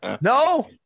No